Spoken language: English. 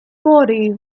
body